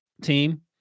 team